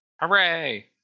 Hooray